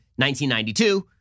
1992